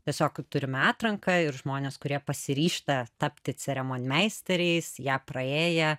tiesiog turime atranką ir žmones kurie pasiryžta tapti ceremonmeisteriais ją praėję